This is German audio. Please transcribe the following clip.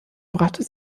brachten